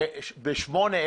בשמונה,